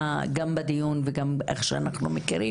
אז אין צורך בחוק.